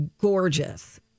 gorgeous